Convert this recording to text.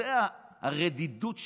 זו הרדידות שלכם.